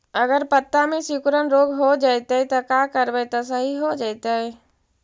अगर पत्ता में सिकुड़न रोग हो जैतै त का करबै त सहि हो जैतै?